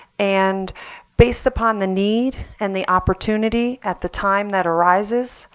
and based upon the need and the opportunity at the time that arises,